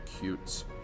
cute